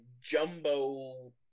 jumbo